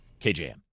KJM